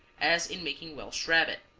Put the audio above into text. as in making welsh rabbit.